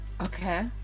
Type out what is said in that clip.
Okay